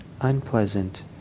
unpleasant